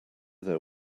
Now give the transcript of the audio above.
there